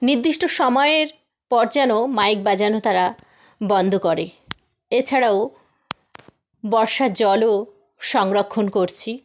নিদ্দিষ্ট সময়ের পর যেন মাইক বাজানো তারা বন্দ করে এছাড়াও বর্ষার জলও সংরক্ষণ করছি